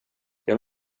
vill